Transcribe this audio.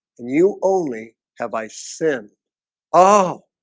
and you only have i sinned ah